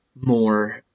more